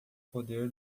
poder